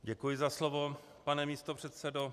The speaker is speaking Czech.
Děkuji za slovo, pane místopředsedo.